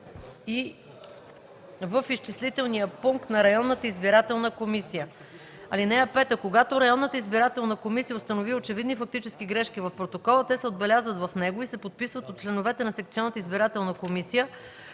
в изчислителния пункт на районната избирателна комисия. (5) Когато районната избирателна комисия установи очевидни фактически грешки в протокола, те се отбелязват в него и се подписват от членовете на секционната избирателна комисия